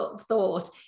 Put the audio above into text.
thought